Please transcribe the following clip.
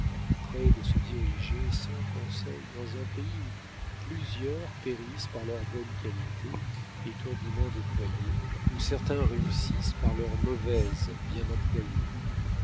près de se diriger sans conseil dans un pays où plusieurs périssent par leurs bonnes qualités étourdiment déployées où certains réussissent par leurs mauvaises bien employées